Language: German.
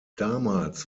damals